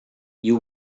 you